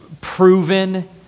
proven